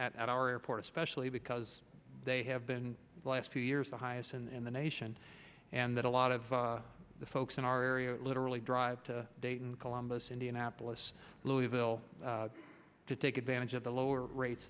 them at our airport especially because they have been the last two years the highest in the nation and that a lot of the folks in our area are literally drive to dayton columbus indianapolis louisville to take advantage of the lower rates